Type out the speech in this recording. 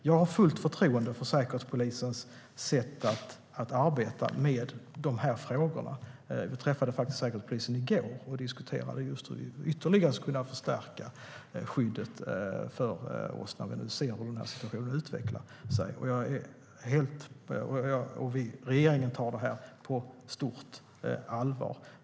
Jag har fullt förtroende för säkerhetspolisens sätt att arbeta med frågorna. Vi träffade säkerhetspolisen i går och diskuterade just hur vi ytterligare skulle kunna förstärka skyddet för oss när vi nu ser hur situationen utvecklar sig. Regeringen tar detta på stort allvar.